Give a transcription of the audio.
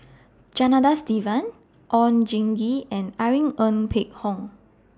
Janadas Devan Oon Jin Gee and Irene Ng Phek Hoong